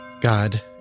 God